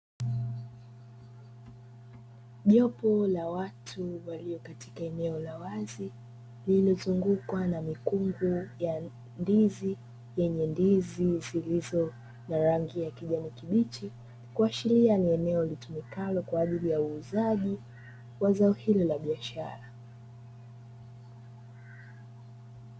Jopo la watu walio katika eneo la wazi lililozungukwa na mikungu ya ndizi yenye ndizi zilizo na rangi ya kijani kibichi, kuashiria ni eneo litumikalo kwa ajili ya uuzaji wa zao hilo la biashara.